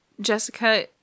Jessica